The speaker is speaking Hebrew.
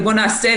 ובוא נעשה,